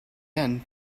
end